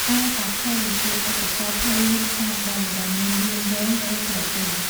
ឯតាខេ ជាឧបករណ៍ភ្លេងមានខ្សែ ៣ ដែលមានរាងវែងដូចក្រពើ។